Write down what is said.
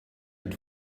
mit